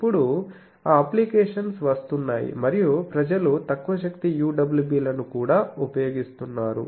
ఇప్పుడు ఆ అప్లికేషన్స్ వస్తున్నాయి మరియు ప్రజలు తక్కువ శక్తి UWB లను కూడా ఉపయోగిస్తున్నారు